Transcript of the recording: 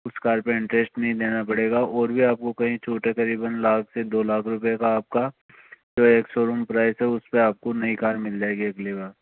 उस कार पे इन्ट्रेस्ट नहीं देना पड़ेगा और भी आपको कहीं छोटा करीबन लाख से दो लाख रूपए का आपका जो यह शोरूम प्राइस है उसपे आपको नई कार मिल जाएगी अगली बार